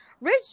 Rich